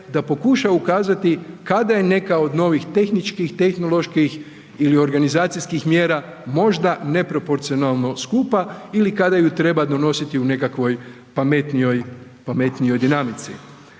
da pokušaju ukazati kada je neka od novih tehničkih, tehnoloških ili organizacijskih mjera, možda neproporcionalno skupa ili kada ju treba donositi u nekakvoj pametnijoj dinamici.